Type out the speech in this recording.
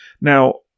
now